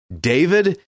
David